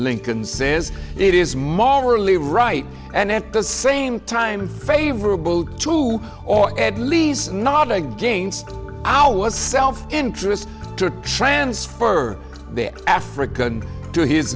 lincoln says it is morally right and at the same time favorable to or at least not against our was self interest to transfer their african to his